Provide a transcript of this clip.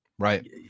right